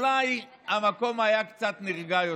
אולי המקום היה קצת נרגע יותר.